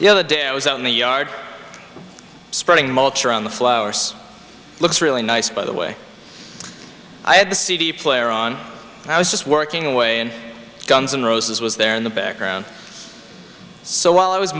the other day i was out in the yard spreading mulch around the flowers looks really nice by the way i had the cd player on i was just working away and guns n roses was there in the background so while i was